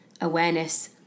awareness